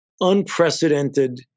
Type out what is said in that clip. unprecedented